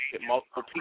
multiple